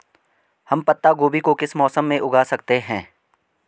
हम पत्ता गोभी को किस मौसम में उगा सकते हैं?